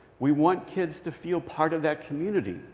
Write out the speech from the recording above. we want kids to feel part of that community,